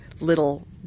little